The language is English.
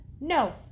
No